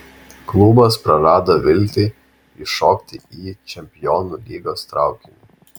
klubas prarado viltį įšokti į čempionų lygos traukinį